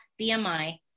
BMI